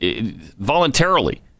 voluntarily